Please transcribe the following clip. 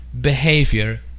behavior